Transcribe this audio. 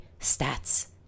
stats